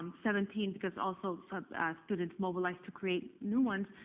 seventeen, because also some students mobilized to create new ones.